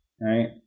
right